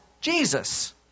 Jesus